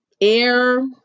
air